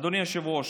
אדוני היושב-ראש,